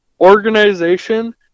Organization